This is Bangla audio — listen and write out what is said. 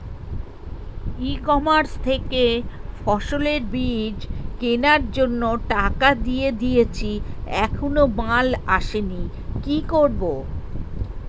ই কমার্স থেকে ফসলের বীজ কেনার জন্য টাকা দিয়ে দিয়েছি এখনো মাল আসেনি কি করব?